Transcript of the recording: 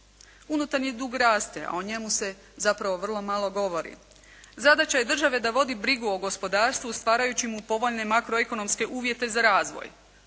Unutarnji dug raste, a o njemu se zapravo vrlo malo govori. Zadaća je države da vodi brigu o gospodarstvu stvarajući mu povoljne makroekonomske uvjete za razvoj.